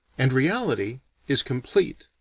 and reality is complete.